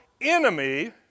enemy